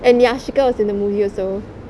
and yashika was in the movie also